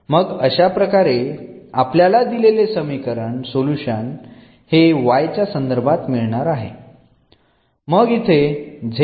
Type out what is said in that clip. मग अशा प्रकारे आपल्याला दिलेल्या समीकरणाचे सोल्युशन हे y च्या संदर्भात मिळणार आहे